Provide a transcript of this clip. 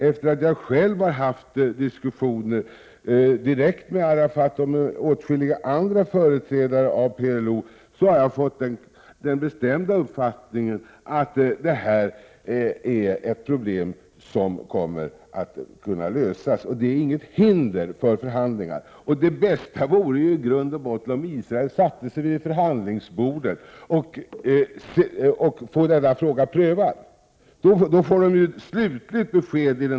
Efter att jag själv har haft diskussioner direkt med Arafat och med åtskilliga andra företrädare för PLO har jag fått den bestämda uppfattningen att detta är ett problem som kommer att kunna lösas. Det är inget hinder för förhandlingar, och det bästa vore i grund och botten om Israel satte sig vid förhandlingsbordet och fick denna fråga prövad. Då får man ju slutligt besked.